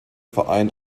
verein